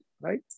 right